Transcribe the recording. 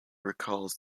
recalls